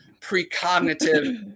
precognitive